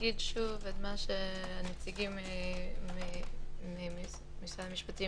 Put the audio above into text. אומר שוב את מה שהנציגים ממשרד המשפטים